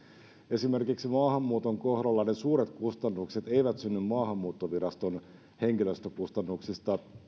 esimerkiksi maahanmuuton kohdalla ne suuret kustannukset eivät synny maahanmuuttoviraston henkilöstökustannuksista